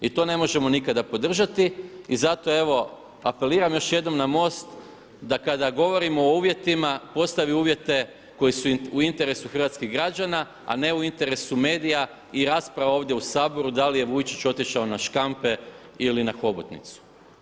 I to ne možemo nikada podržati i zato evo apeliram još jednom na MOST da kada govorimo o uvjetima postavi uvjete koji su u interesu hrvatskih građana a ne u interesu medija i rasprava ovdje u Saboru da li je Vujčić otišao na škampe ili na hobotnicu.